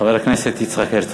חבר הכנסת יצחק הרצוג.